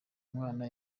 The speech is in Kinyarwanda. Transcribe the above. mwana